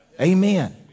Amen